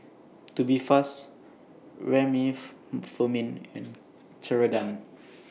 Tubifast and Ceradan